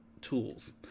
tools